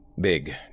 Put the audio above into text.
Big